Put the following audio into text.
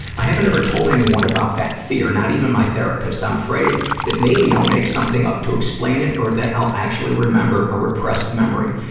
i haven't ever told anyone about that fear, not even my therapist. i'm afraid that maybe i'll make something up to explain it, or that i'll actually remember a repressed memory.